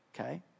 Okay